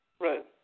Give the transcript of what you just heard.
Right